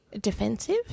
defensive